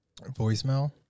voicemail